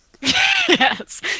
Yes